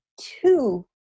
two